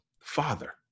father